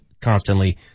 constantly